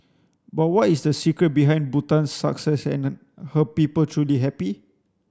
but what is the secret behind Bhutan's success and her people truly happy